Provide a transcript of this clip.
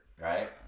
right